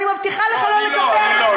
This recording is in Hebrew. אני מבטיחה לך לא לקפח אותו.